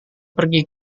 pergi